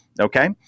Okay